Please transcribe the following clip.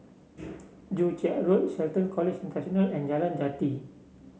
Joo Chiat Road Shelton College International and Jalan Jati